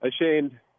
ashamed